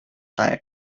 tired